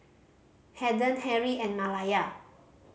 Haden Harrie and Malaya